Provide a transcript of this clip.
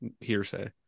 hearsay